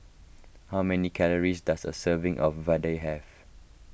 how many calories does a serving of Vadai have